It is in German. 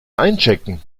einchecken